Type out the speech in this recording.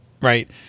right